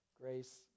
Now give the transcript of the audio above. grace